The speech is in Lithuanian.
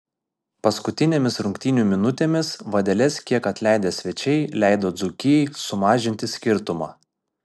paskutinėmis rungtynių minutėmis vadeles kiek atleidę svečiai leido dzūkijai sumažinti skirtumą